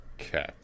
Okay